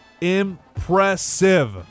impressive